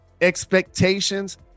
expectations